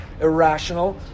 irrational